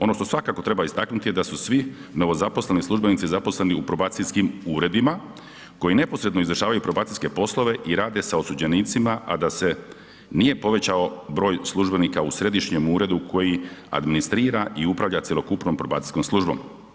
Ono što svakako treba istaknuti je da su svi novozaposleni službenici zaposleni u probacijskim uredima koji neposredno izvršavaju probacijske poslove i rade sa osuđenicima a da se nije povećao broj službenika u središnjem uredu koji administrira i upravlja cjelokupnom probacijskom službom.